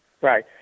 Right